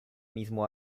mismo